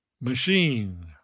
Machine